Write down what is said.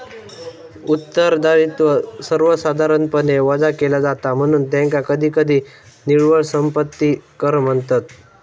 उत्तरदायित्व सर्वसाधारणपणे वजा केला जाता, म्हणून त्याका कधीकधी निव्वळ संपत्ती कर म्हणतत